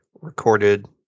recorded